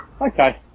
Okay